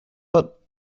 but